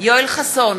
יואל חסון,